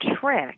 trick